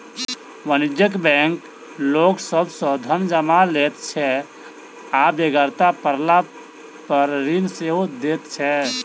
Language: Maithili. वाणिज्यिक बैंक लोक सभ सॅ धन जमा लैत छै आ बेगरता पड़लापर ऋण सेहो दैत छै